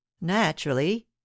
naturally